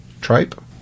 Tripe